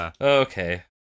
Okay